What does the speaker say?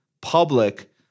Public